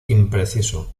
impreciso